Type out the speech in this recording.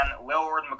Willard